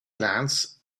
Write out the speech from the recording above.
glance